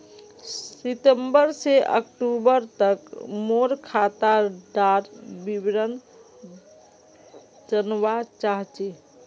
सितंबर से अक्टूबर तक मोर खाता डार विवरण जानवा चाहची?